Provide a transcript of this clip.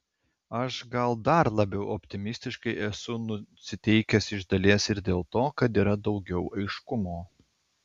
aš gal dar labiau optimistiškai esu nusiteikęs iš dalies ir dėl to kad yra daugiau aiškumo